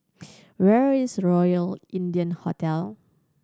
where is Royal India Hotel